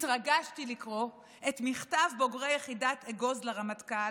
התרגשתי לקרוא את מכתב בוגרי יחידת אגוז לרמטכ"ל,